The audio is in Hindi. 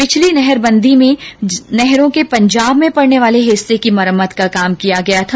पिछली नहरबंदी में नहरों के पंजाब में पडने वाले हिस्से की मरम्मत का काम किया गया था